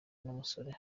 n’umusore